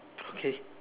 okay